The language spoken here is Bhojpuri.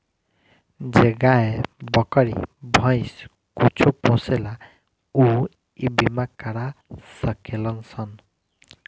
जे गाय, बकरी, भैंस कुछो पोसेला ऊ इ बीमा करा सकेलन सन